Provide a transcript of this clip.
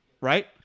right